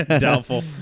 Doubtful